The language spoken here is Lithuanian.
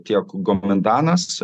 tiek gomendanas